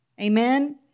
Amen